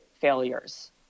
failures